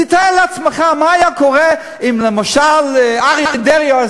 תתאר לעצמך מה היה קורה אם למשל אריה דרעי היה